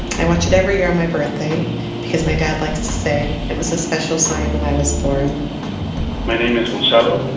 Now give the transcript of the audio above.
i watch it every year on my birthday because my dad likes to say it was a special sign when i was born my name is monsado.